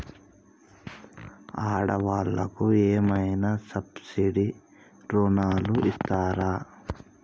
ఆడ వాళ్ళకు ఏమైనా సబ్సిడీ రుణాలు ఇస్తారా?